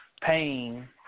pain